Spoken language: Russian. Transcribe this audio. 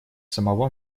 самого